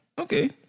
okay